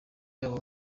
abo